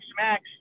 max